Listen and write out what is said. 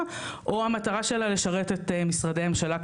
או המטרה שלה לשרת את משרדי הממשלה,